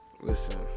listen